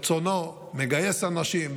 ברצונו מגייס אנשים,